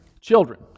children